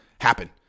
happen